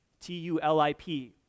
T-U-L-I-P